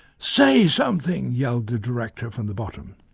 say something! yelled the director from the bottom.